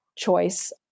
choice